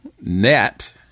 net